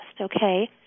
okay